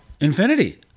Infinity